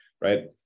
right